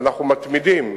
ואנחנו מתמידים,